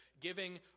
giving